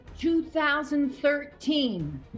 2013